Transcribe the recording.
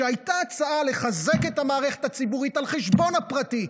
כשהייתה הצעה לחזק את המערכת הציבורית על חשבון הפרטי,